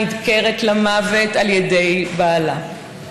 נדקרת למוות על ידי בעלה.